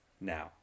now